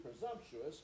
presumptuous